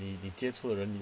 你你接触的人